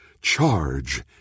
Charge